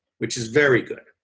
which is very good.